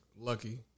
Lucky